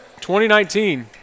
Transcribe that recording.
2019